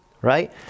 right